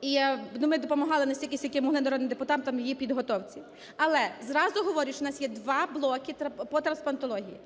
і я, ми допомагали настільки, скільки могли, народним депутатам в її підготовці. Але зразу говорю, що в нас є 2 блоки по трансплантології.